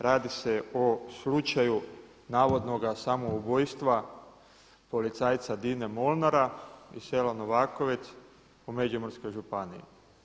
Radi se o slučaju navodnoga samoubojstva policajca Dine Molnara iz sela Novakovec u Međimurskoj županiji.